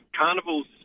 Carnival's